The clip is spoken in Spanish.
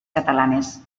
catalanes